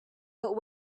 but